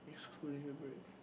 excluding the break